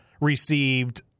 received